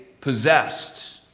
Possessed